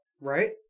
Right